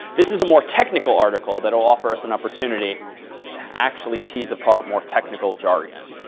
this is a more technical article that'll offer us an opportunity to actually tease apart more technical jargon,